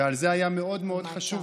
ועל זה היה מאוד מאוד חשוב,